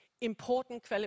important